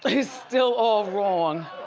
is still all wrong.